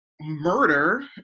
murder